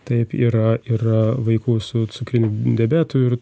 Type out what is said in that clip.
taip yra yra vaikų su cukriniu diabetu ir